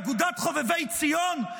אגודת חובבי ציון?